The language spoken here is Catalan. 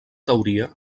teoria